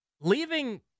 Leaving